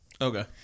Okay